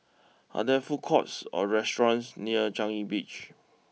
are there food courts or restaurants near Changi Beach